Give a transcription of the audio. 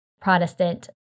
Protestant